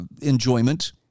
enjoyment